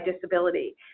disability